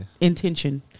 intention